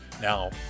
Now